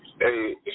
Hey